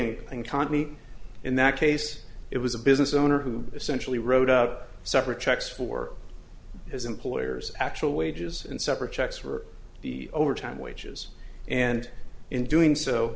concrete in that case it was a business owner who essentially wrote out separate checks for his employers actual wages and separate checks for the overtime wages and in doing so